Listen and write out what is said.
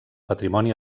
patrimoni